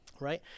Right